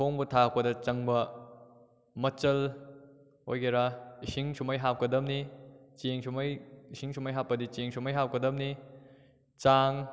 ꯊꯣꯡꯕ ꯊꯥꯛꯄꯗ ꯆꯪꯕ ꯃꯆꯜ ꯑꯣꯏꯒꯦꯔꯥ ꯏꯁꯤꯡ ꯁꯨꯃꯥꯏꯅ ꯍꯥꯞꯀꯗꯝꯅꯤ ꯆꯦꯡ ꯁꯨꯃꯥꯏꯅ ꯏꯁꯤꯡ ꯁꯨꯃꯥꯏꯅ ꯍꯥꯞꯄꯗꯤ ꯆꯦꯡ ꯁꯨꯃꯥꯏꯅ ꯍꯥꯞꯀꯗꯕꯅꯤ ꯆꯥꯡ